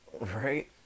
Right